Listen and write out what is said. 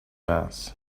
mass